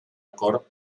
acord